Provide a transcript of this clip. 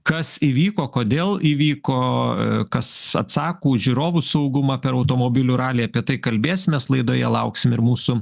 kas įvyko kodėl įvyko kas atsako už žiūrovų saugumą per automobilių ralį apie tai kalbėsimės laidoje lauksim ir mūsų